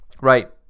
right